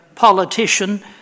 politician